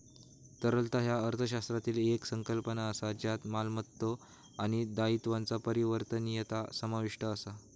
तरलता ह्या अर्थशास्त्रातली येक संकल्पना असा ज्यात मालमत्तो आणि दायित्वांचा परिवर्तनीयता समाविष्ट असा